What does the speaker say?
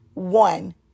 One